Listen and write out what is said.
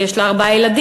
כי יש לה ארבעה ילדים,